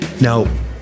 Now